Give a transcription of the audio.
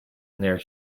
near